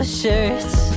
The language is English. shirts